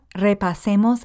repasemos